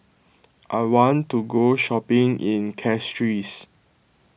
I want to go shopping in Castries